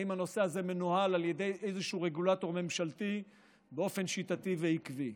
האם הנושא הזה מנוהל על ידי איזשהו רגולטור ממשלתי באופן שיטתי ועקבי.